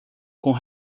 com